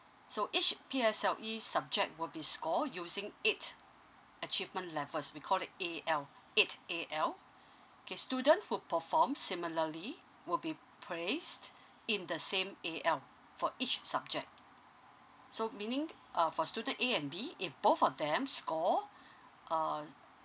so each P_S_L_E subject will be score using eight achievement levels we call it A_L eight A_L K student who perform similarly will be placed in the same A_L for each subject so meaning uh for student A and B if both of them score uh